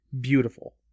Beautiful